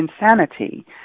insanity